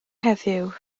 heddiw